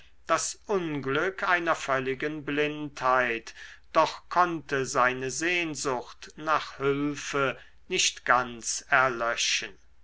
das unglück einer völligen blindheit doch konnte seine sehnsucht nach hülfe nicht ganz erlöschen